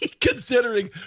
considering